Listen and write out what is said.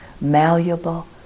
malleable